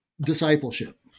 discipleship